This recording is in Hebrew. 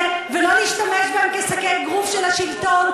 ולא להשתמש בהם כשקי אגרוף של השלטון,